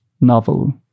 novel